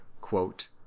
quote